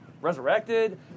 resurrected